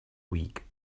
week